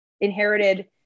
inherited